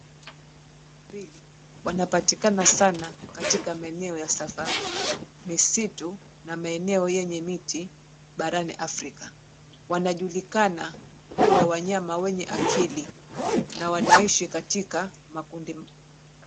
...Wawili wanapatikana sana katika maeneo ya Savannah, misitu na maeneo yenye miti baharani Afrika, wanajulikana kuwa wanyama wenye akili na wanaishi katika makundi makundi.